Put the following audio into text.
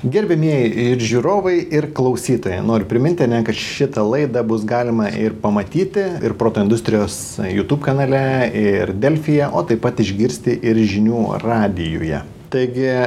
gerbiamieji ir žiūrovai ir klausytojai noriu priminti kad šitą laidą bus galima ir pamatyti ir proto industrijos jutub kanale ir delfyje o taip pat išgirsti ir žinių radijuje taigi